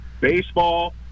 baseball